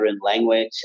language